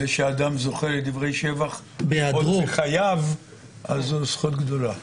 זה שאדם זוכה לדברי שבח עוד בחייו - זו זכות גדולה.